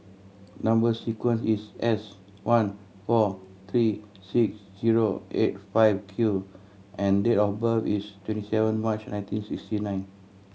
number sequence is S one four three six zero eight five Q and date of birth is twenty seven March nineteen sixty nine